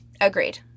Agreed